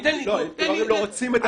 אם ההורים לא רוצים את התל"ן,